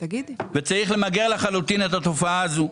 וצריך למגר לחלוטין את התופעה הזאת.